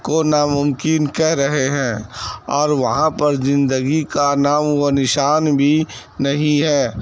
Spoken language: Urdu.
کو ناممکن کہہ رہے ہیں اور وہاں پر زندگی کا نام و نشان بھی نہیں ہے